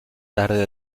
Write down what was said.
tarde